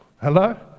Hello